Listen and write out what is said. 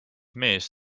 mees